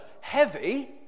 heavy